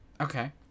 Okay